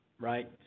right